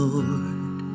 lord